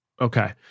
Okay